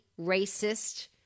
racist